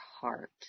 heart